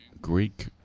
Greek